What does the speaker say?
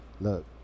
Look